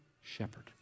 shepherd